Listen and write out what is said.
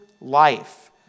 life